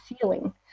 ceiling